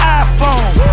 iPhone